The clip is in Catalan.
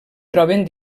troben